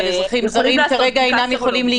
אבל אזרחים זרים כרגע אינם יכולים להיכנס.